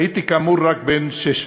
הייתי כאמור רק בן 16,